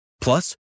Plus